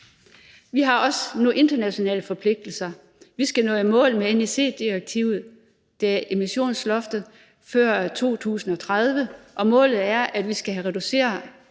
Vi har også nogle internationale forpligtelser. Vi skal nå i mål med NEC-direktivet, der handler om emissionsloftet, før 2030, og målet er, at vi skal have reduceret